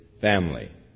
family